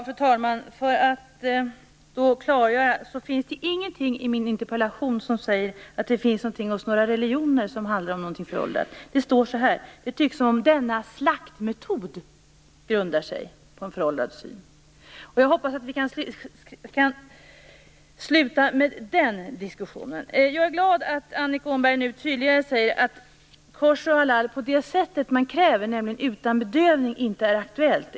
Fru talman! För att klargöra vill jag säga att det inte finns någonting i min interpellation som säger att det finns någonting som är föråldrat hos någon religion. Det står så här: "Det tycks som om denna slaktmetod grundas på en föråldrad syn -". Jag hoppas att vi kan sluta med den diskussionen. Jag är glad att Annika Åhnberg nu tydligare säger att koscher och halalslakt på det sätt man kräver, nämligen utan bedövning, inte är aktuellt.